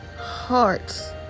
hearts